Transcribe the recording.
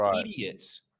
idiots